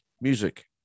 music